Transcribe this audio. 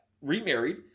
remarried